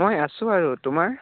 মই আছো বাৰু তোমাৰ